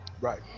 Right